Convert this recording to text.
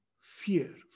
fear